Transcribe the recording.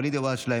ואליד אלהואשלה,